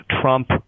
trump